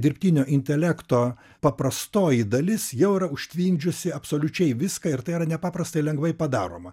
dirbtinio intelekto paprastoji dalis jau yra užtvindžiusi absoliučiai viską ir tai yra nepaprastai lengvai padaroma